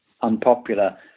unpopular